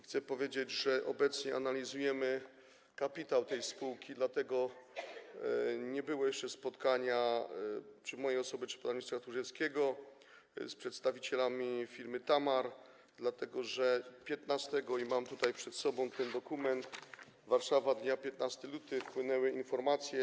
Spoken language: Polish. Chcę powiedzieć, że obecnie analizujemy kapitał tej spółki, dlatego nie było jeszcze spotkania czy mojej osoby, czy pana ministra Tchórzewskiego z przedstawicielami firmy Tamar, dlatego że 15 lutego - mam przed sobą ten dokument: Warszawa, dnia 15 lutego - napłynęły te informacje.